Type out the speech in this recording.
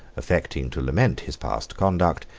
affecting to lament his past conduct,